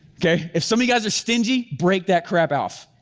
okay, if some of you guys are stingy, break that crap off.